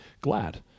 glad